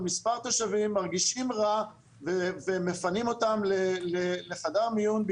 או מספר תושבים מרגישים רע ומפנים אותם לחדר מיון,